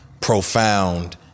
profound